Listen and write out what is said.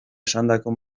esandako